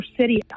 city